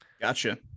Gotcha